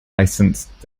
licensed